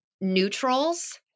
Neutrals